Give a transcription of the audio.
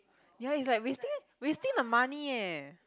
ya is like wasting wasting the money eh